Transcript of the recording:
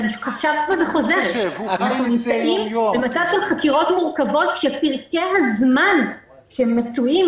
אנחנו נמצאים במצב של חקירות מורכבות כשפרקי הזמן שמצויים,